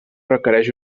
requereix